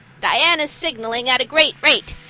diana's signaling at a great rate.